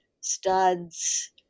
studs